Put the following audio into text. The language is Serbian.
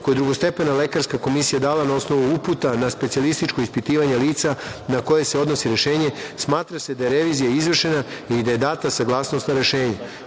koje je drugostepena lekarska komisija dala na osnovu uputa na specijalističko ispitivanje lica na koje se odnosi rešenje, smatra se da je revizija izvršena i da je data saglasnost na rešenje.U